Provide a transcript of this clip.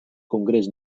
congrés